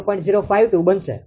052 બનશે